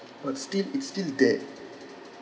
but still it's still there